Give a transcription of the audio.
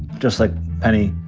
just like penny.